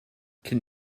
can